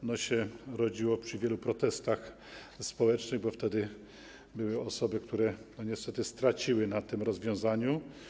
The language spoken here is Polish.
Ono się rodziło przy wielu protestach społecznych, bo wtedy były osoby, które niestety straciły na tym rozwiązaniu.